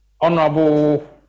Honorable